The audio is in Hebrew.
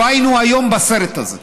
לא היינו היום בסרט הזה.